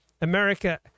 America